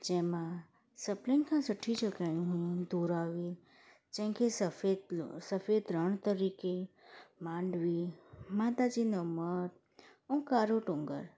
जेमां सभिनीनि खां सुठी जॻहायूं हुयूं तुरावी जंहिंखे सफेद लाइ सफेद रण तरीक़े मांडवी मां त चवंदमि मां ऐं कारो टूंगर